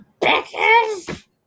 bitches